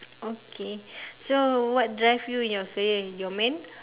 okay so what drive you in your career your men